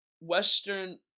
Western